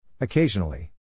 Occasionally